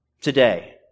today